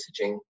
messaging